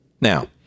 now